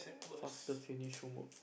faster finish homework